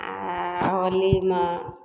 आओर होलीमे